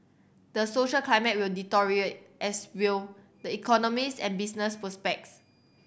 the social climate will deteriorate as will the economies and business prospects